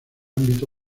ámbito